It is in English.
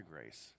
grace